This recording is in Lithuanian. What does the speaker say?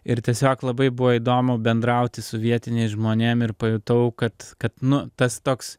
ir tiesiog labai buvo įdomu bendrauti su vietiniais žmonėm ir pajutau kad kad nu tas toks